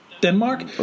Denmark